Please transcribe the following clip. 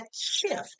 shift